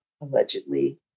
allegedly